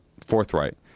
forthright—